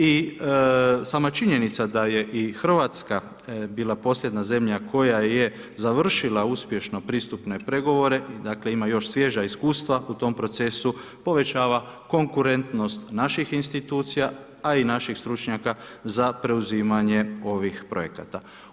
I sama činjenica da je i RH bila posljednja zemlja koja je završila uspješno pristupne pregovore, dakle, ima još svježa iskustva u tom procesu, povećava konkurentnost naših institucija, a i naših stručnjaka za preuzimanje ovih projekata.